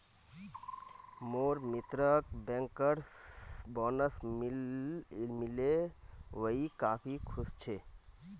मोर मित्रक bankers bonus मिल ले वइ काफी खुश छ